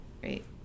great